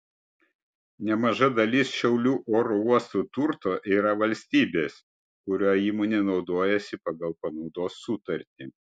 nemaža dalis šiaulių oro uosto turto yra valstybės kuriuo įmonė naudojasi pagal panaudos sutartį